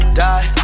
die